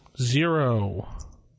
Zero